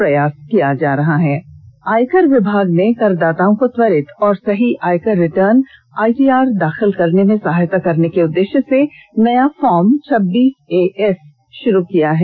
ITR आयकर विभाग ने करदाताओं को त्वरित और सही आयकर रिटर्न आईटीआर दाखिल करने में सहायता करने के उददेश्य से नया फार्म छब्बीस एएस शुरू किया है